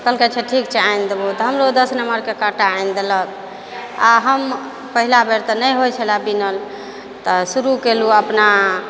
तऽ कहलकै अच्छा ठीक छै आनि देबौ तऽ हमरो दस नम्बरके काँटा आनि देलक आ हम पहिला बेर तऽ नइ होइ छलै बीनल तऽ शुरू केलौँ अपना